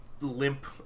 limp